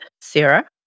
Sarah